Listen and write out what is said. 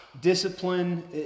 discipline